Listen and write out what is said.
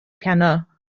piano